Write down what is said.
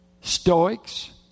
Stoics